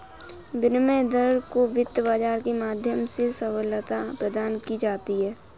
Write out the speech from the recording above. विनिमय दर को वित्त बाजार के माध्यम से सबलता प्रदान की जाती है